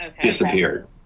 disappeared